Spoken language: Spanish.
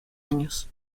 años